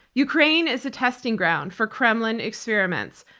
ukraine is a testing ground for kremlin experiments,